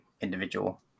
individual